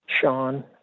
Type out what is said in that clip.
Sean